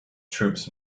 troops